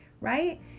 Right